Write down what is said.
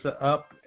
up